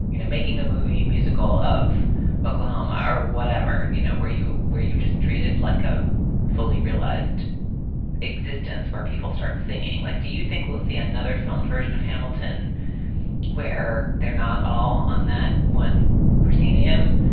you know, making a movie musical of oklahoma or whatever. you know, where you where you just treat it like a fully realized existence where people start singing like, do you think we'll see another film version of hamilton where they're not all on that one proscenium?